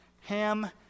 Ham